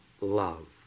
love